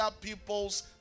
people's